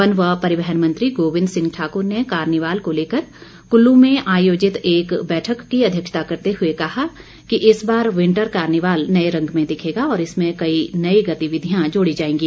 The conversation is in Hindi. वन व परिवहन मंत्री गोविंद सिंह ठाकुर ने कार्निवल को लेकर कुल्लू में आयोजित एक बैठक की अध्यक्षता करते हुए कहा कि इस बार विंटर कार्निवल नए रंग में दिखेगा और इसमें कई नई गतिविधियां जोड़ी जाएगी